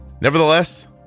Nevertheless